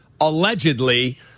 allegedly